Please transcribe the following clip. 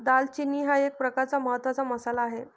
दालचिनी हा एक प्रकारचा महत्त्वाचा मसाला आहे